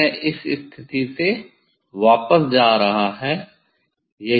यह इस स्थिति से वापस जा रहा है